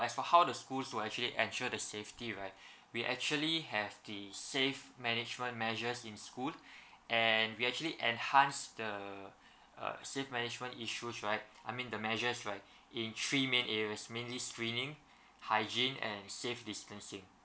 as for how the schools will actually ensure the safety right we actually have the safe management measures in school and we actually enhance the uh safe management issues right I mean the measures right in three main areas mainly screening hygiene and safe distancing